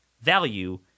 value